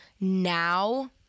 now